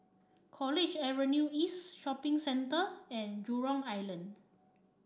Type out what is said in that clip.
College Avenue East Shopping Centre and Jurong Island